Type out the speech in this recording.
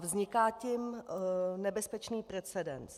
Vzniká tím nebezpečný precedens.